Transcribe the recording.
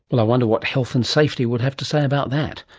well, i wonder what health and safety would have to say about that!